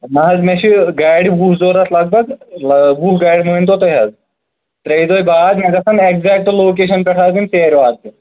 نہ حظ مےٚ چھُو گاڑِ وُہ ضروٗرت لگ بھگ وُہ گٲڑِ مٲنۍتَو تُہۍ حظ ترٛییہِ دۄہ بعد مےٚ گژھَن ایکزیٚکٹ لوکیشن پیٚٹھ حظ سیرِ واتنہِ